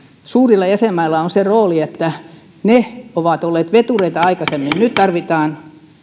suurilla jäsenmailla on se rooli että ne ovat olleet vetureita aikaisemmin nyt tarvitaan